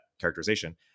characterization